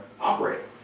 operating